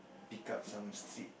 pick up some shit